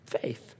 faith